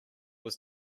was